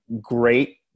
great